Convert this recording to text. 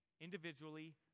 individually